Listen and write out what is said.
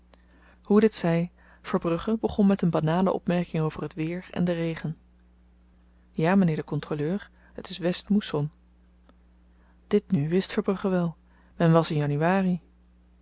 hoe dit zy verbrugge begon met een banale opmerking over t weêr en den regen ja mynheer de kontroleur het is westmoesson dit nu wist verbrugge wel men was in januari